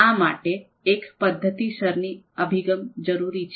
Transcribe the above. આ માટે એક પદ્ધતિસરની અભિગમ જરૂરી છે